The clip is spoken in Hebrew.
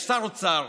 יש שר אוצר